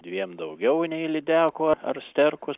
dviem daugiau nei lydekų ar sterkus